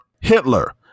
Hitler